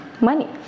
money